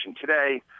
today